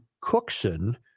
Cookson